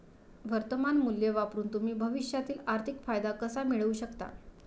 वर्तमान मूल्य वापरून तुम्ही भविष्यातील आर्थिक फायदा कसा मिळवू शकता?